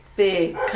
Big